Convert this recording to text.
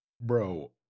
Bro